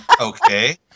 okay